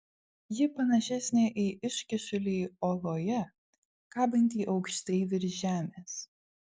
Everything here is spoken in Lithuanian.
ji panašesnė į iškyšulį uoloje kabantį aukštai virš žemės